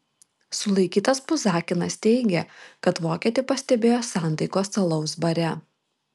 sulaikytas puzakinas teigė kad vokietį pastebėjo santaikos alaus bare